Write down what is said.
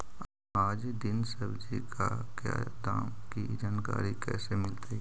आज दीन सब्जी का क्या दाम की जानकारी कैसे मीलतय?